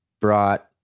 brought